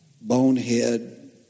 bonehead